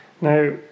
Now